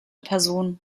person